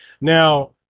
Now